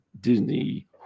Disney